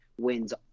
wins